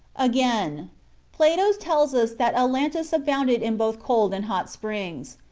again plato tells us that atlantis abounded in both cold and hot springs.